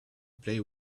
play